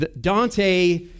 Dante